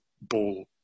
ball